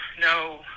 No